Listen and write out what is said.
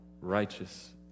righteous